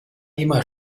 immer